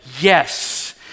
yes